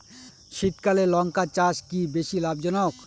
শীতকালে লঙ্কা চাষ কি বেশী লাভজনক?